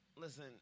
Listen